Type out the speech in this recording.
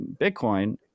Bitcoin